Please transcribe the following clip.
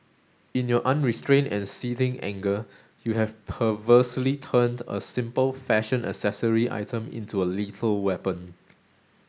in your unrestrained and seething anger you have perversely turned a simple fashion accessory item into a lethal weapon